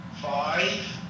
Five